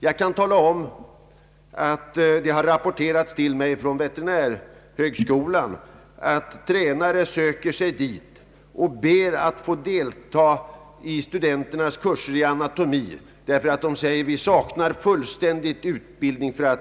Jag kan tala om att det har rapporterats till mig från veterinärhögskolan att tränare söker sig dit och ber att få delta i studenternas kurser i bl.a. anatomi. Tränarna saknar nämligen utbildning.